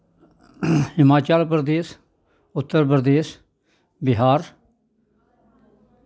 Himachal Pradesh Uttar Pradesh Bihar